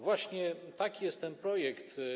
Właśnie taki jest ten projekt.